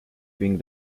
being